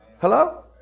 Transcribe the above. Hello